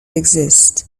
exist